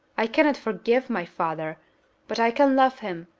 i cannot forgive my father but i can love him,